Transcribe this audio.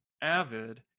Avid